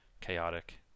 chaotic